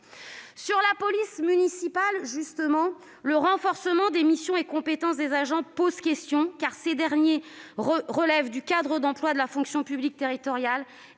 la police municipale, justement, le renforcement des missions et des compétences des agents de cette force suscite des questions, car ces derniers relèvent d'un cadre d'emploi de la fonction publique territoriale